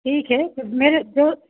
ठीक है मेरे दो